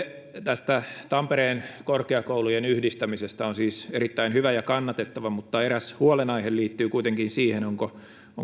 tästä tampereen korkeakoulujen yhdistämisestä on siis erittäin hyvä ja kannatettava mutta eräs huolenaihe liittyy kuitenkin siihen onko tällä